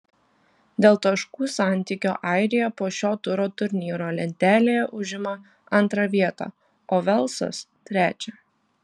dėl taškų santykio airija po šio turo turnyro lentelėje užima antrą vietą o velsas trečią